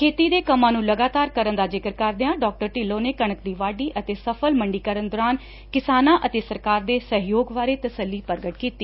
ਖੇਤੀ ਦੇ ਕੰਮਾਂ ਨੂੰ ਲਗਾਤਾਰ ਕਰਨ ਦਾ ਜ਼ਿਕਰ ਕਰਦਿਆਂ ਡਾ ਢਿੱਲੋਂ ਨੇ ਕਣਕ ਦੀ ਵਾਢੀ ਅਤੇ ਸਫ਼ਲ ਮੰਡੀਕਰਨ ਦੌਰਾਨ ਕਿਸਾਨਾਂ ਅਤੇ ਸਰਕਾਰ ਦੇ ਸਹਿਯੋਗ ਬਾਰੇ ਤਸੱਲੀ ਪ੍ਗਟ ਕੀਤੀ